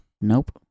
Nope